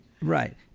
Right